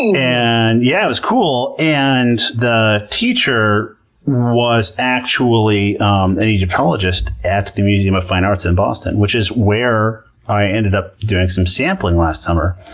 yeah and yeah, it was cool. and the teacher was actually an egyptologist at the museum of fine arts in boston, which is where i ended up doing some sampling last summer.